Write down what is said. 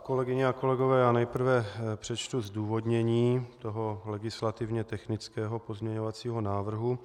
Kolegyně a kolegové, nejprve přečtu zdůvodnění legislativně technického pozměňovacího návrhu.